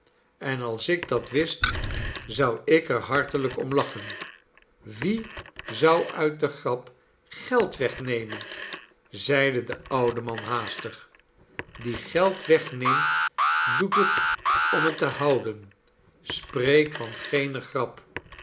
en als ik dat wist zou ik er hartelijk om lachen wie zou uit de grap geld wegnemen zeide de oude man haastig die geld wegneemt doet het om het te houd en spreek van geene grap